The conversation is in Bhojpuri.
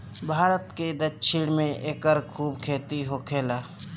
भारत के दक्षिण में एकर खूब खेती होखेला